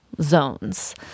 Zones